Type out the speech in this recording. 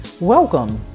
Welcome